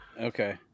Okay